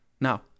Now